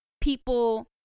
people